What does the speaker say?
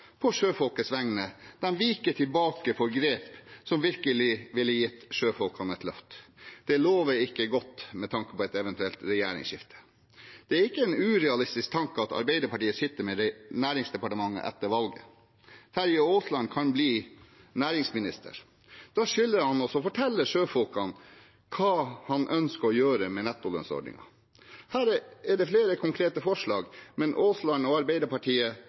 på sjøfolkenes vegne, viker tilbake for grep som virkelig ville gitt sjøfolkene et løft. Det lover ikke godt med tanke på et eventuelt regjeringsskifte. Det er ikke en urealistisk tanke at Arbeiderpartiet sitter med næringsdepartementet etter valget. Terje Aasland kan bli næringsminister. Da skylder han å fortelle sjøfolkene hva han ønsker å gjøre med nettolønnsordningen. Her er det flere konkrete forslag, men Aasland og Arbeiderpartiet